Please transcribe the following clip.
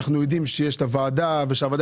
אנחנו יודעים שיש את הוועדה והוועדה